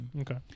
Okay